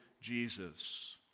Jesus